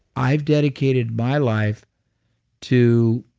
i've dedicated my life to